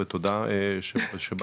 תודה שבאת.